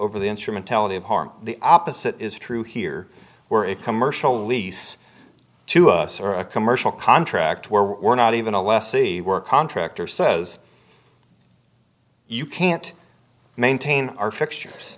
over the instrumentality of harm the opposite is true here were a commercial lease to us or a commercial contract where we're not even a lessee work contractor says you can't maintain our fixtures